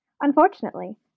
Unfortunately